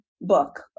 book